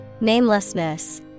Namelessness